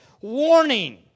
warning